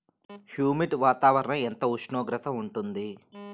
Humid వాతావరణం ఎంత ఉష్ణోగ్రత ఉంటుంది?